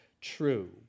true